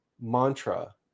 mantra